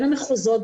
בין המחוזות,